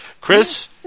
Chris